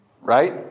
Right